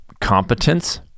competence